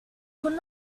could